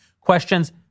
questions